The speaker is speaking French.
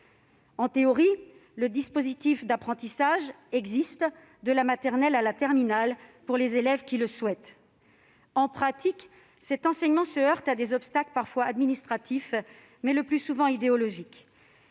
En théorie, le dispositif d'apprentissage existe, de la maternelle à la terminale, pour les élèves qui le souhaitent. En pratique, cet enseignement se heurte à des obstacles parfois administratifs, mais le plus souvent idéologiques.